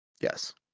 Yes